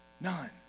none